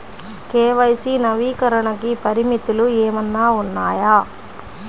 KYC నవీకరణకి పరిమితులు ఏమన్నా ఉన్నాయా?